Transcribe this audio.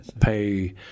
pay